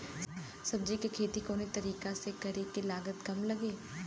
सब्जी के खेती कवना तरीका से करी की लागत काम लगे?